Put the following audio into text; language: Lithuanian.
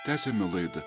tęsiame laidą